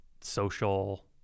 social